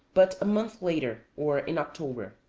but a month later, or in october.